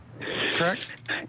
correct